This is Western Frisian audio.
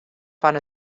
fan